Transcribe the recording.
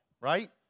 right